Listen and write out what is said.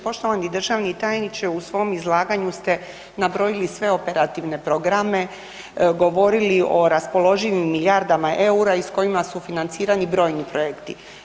Poštovani državni tajniče, u svom izlaganju ste nabrojili sve operativne programe, govorili o raspoloživim milijardama eura s kojima su financirani brojni projekti.